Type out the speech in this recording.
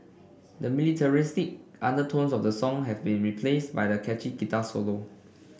the militaristic undertones of the song have been replaced by a catchy guitar solo